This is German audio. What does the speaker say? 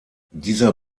dieser